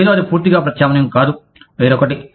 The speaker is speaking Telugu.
ఏదో అది పూర్తిగా ప్రత్యామ్నాయం కాదు వేరొకటి